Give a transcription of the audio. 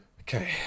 okay